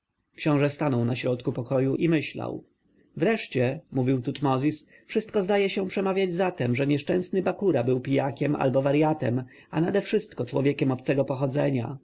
książę stał na środku pokoju i myślał wreszcie mówił tutmozis wszystko zdaje się przemawiać za tem że nieszczęsny bakura był pijakiem albo warjatem a nadewszystko człowiekiem obcego pochodzenia